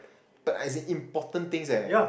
but as in important things eh